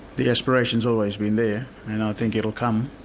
the aspiration's always been there and i think it'll come,